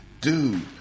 Dude